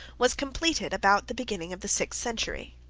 was completed about the beginning of the sixth century.